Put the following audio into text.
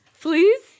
Please